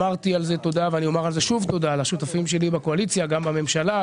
ואני אומר שוב תודה לשותפים שלי בקואליציה ובממשלה,